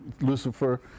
Lucifer